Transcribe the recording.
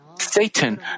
Satan